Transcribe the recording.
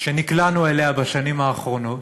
שנקלענו אליה בשנים האחרונות,